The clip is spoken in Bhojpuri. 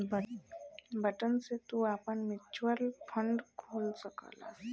बटन से तू आपन म्युचुअल फ़ंड खोल सकला